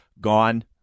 gone